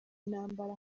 ntambara